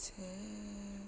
!chey!